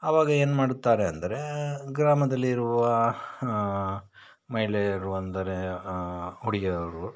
ಆವಾಗ ಏನು ಮಾಡ್ತಾರೆ ಅಂದರೆ ಗ್ರಾಮದಲ್ಲಿರುವ ಮಹಿಳೆಯರು ಅಂದರೆ ಹುಡುಗಿಯರು